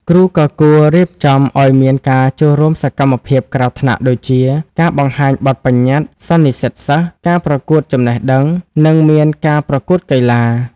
គ្រូក៏គួររៀបចំឱ្យមានការចូលរួមសកម្មភាពក្រៅថ្នាក់ដូចជា ការបង្ហាញបទបញ្ញត្តិ សន្និសីទសិស្ស ការប្រកួតចំណេះដឹង និងមានការប្រកួតកីឡា។